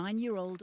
NINE-YEAR-OLD